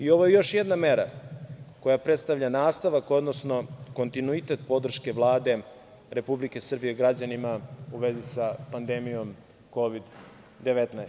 Ovo je još jedna mera koja predstavlja nastavak, odnosno kontinuitet podrške Vlade Republike Srbije građanima u vezi sa pandemijom Kovid-19.